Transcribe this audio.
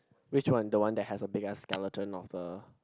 which one the one that has a big ass skeleton of the